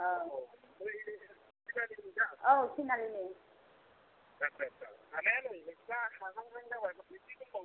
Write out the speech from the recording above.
औ औ बे थिनालिनिदा औ थिनालिनि आथसा आथसा हानाया नै नोंसिना हाहां हां जाबाय ऐसे दंबावो